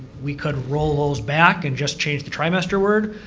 we could roll those back and just change the trimester word,